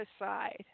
aside